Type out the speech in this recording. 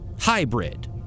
hybrid